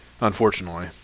unfortunately